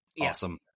awesome